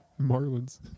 marlins